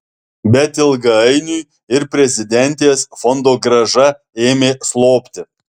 bet ilgainiui ir prezidentės fondogrąža ėmė slopti